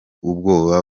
ubwoba